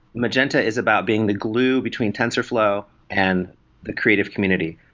magenta is about being the glue between tensorflow and the creative community.